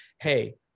Hey